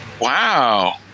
wow